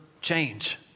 change